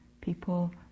People